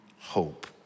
hope